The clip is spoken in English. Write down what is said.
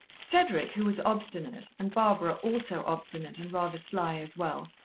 cedric, who was obstinate, and barbara, also obstinate and rather sly as well,